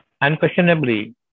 Unquestionably